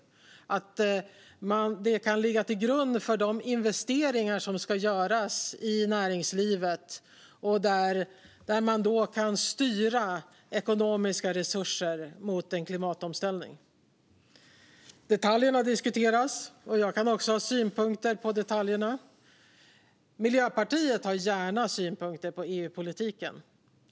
Detta kan ligga till grund för de investeringar som ska göras i näringslivet, och då kan man styra ekonomiska resurser mot en klimatomställning. Detaljerna diskuteras. Jag kan också ha synpunkter på detaljerna. Miljöpartiet har gärna synpunkter på EU-politiken.